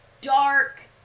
dark